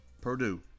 Purdue